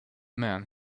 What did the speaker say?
man